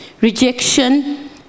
rejection